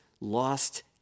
lost